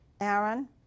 Aaron